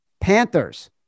Panthers